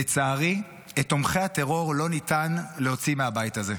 לצערי, את תומכי הטרור לא ניתן להוציא מהבית הזה,